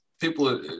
people